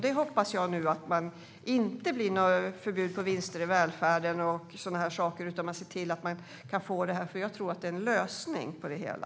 Därför hoppas jag att det inte blir något förbud mot vinster i välfärden och så vidare utan att man kan få detta, eftersom jag tror att det är en lösning på det hela.